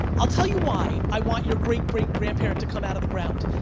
i'll tell you why i want your great-great-grandparent to come out of the ground,